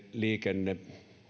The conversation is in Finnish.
liikenne